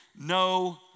no